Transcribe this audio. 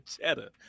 cheddar